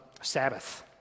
Sabbath